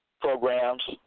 programs